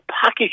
package